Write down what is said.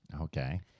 Okay